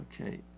Okay